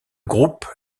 groupe